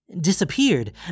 Disappeared